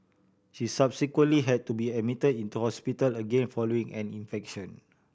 she subsequently had to be admitted into hospital again following an infection